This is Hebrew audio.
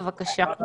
בבקשה.